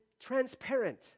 transparent